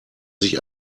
sich